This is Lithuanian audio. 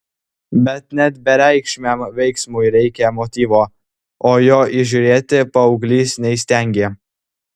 bet net bereikšmiam veiksmui reikia motyvo o jo įžiūrėti paauglys neįstengė